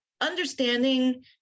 understanding